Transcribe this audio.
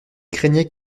craignait